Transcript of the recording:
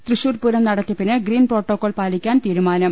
തൃശൂർപൂരം നടത്തിപ്പിന് ഗ്രീൻപ്രോട്ടോകോൾ പാലിക്കാൻ തീരുമാനം